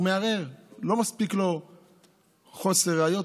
הוא מערער: לא מספיק לו חוסר ראיות,